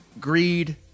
greed